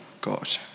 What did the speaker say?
God